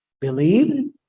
believed